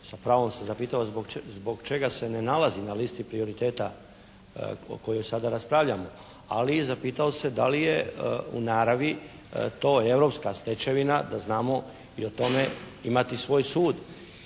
sa pravom se zapitao zbog čega se ne nalazi na listi prioriteta o kojoj sada raspravljamo, ali zapitao se da li je u naravi to europska stečevina da znamo i o tome imati svoj sud.